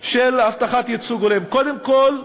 של הבטחת ייצוג הולם: קודם כול,